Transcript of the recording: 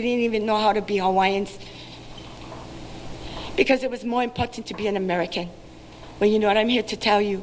didn't even know how to be because it was more important to be an american but you know what i'm here to tell you